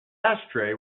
ashtray